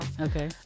Okay